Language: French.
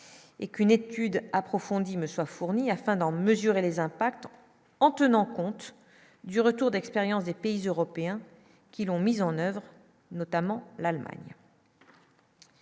et qu'une étude approfondie me soient fournis afin d'en mesurer les impacts en tenant compte du retour d'expérience des pays européens qui l'ont mis en oeuvre, notamment l'Allemagne.